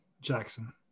Jackson